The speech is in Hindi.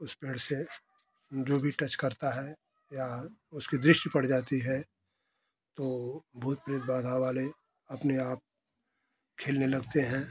उस घर से जो भी टच करता है या उसकी दृष्टी पड़ जाती है वो तो भुत प्रेत बाधा वाले अपनेआप खेलने लगते हैं